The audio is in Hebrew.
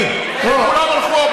כולם הלכו,